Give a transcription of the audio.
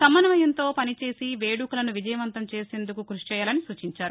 సమన్వయంతో పని చేసి వేడుకలను విజయవంతం చేసేందుకు కృషి చేయాలని సూచించారు